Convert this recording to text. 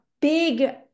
big